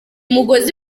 mugozi